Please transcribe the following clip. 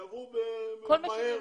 יעברו מהר.